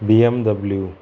BMW